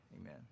Amen